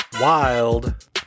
wild